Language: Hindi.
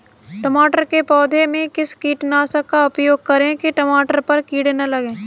टमाटर के पौधे में किस कीटनाशक का उपयोग करें कि टमाटर पर कीड़े न लगें?